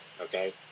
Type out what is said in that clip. okay